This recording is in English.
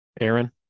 Aaron